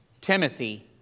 Timothy